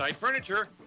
Furniture